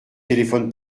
téléphone